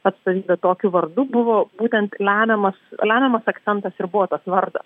atstovybę tokiu vardu buvo būtent lemiamas lemiamas akcentas ir buvo tas vardas